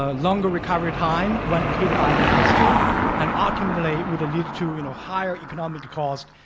ah longer recovery time when hit by disaster and ultimately would lead to you know higher economic cost